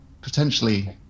potentially